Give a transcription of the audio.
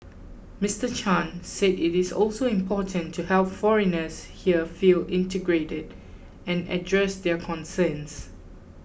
Mister Chan said it is also important to help foreigners here feel integrated and address their concerns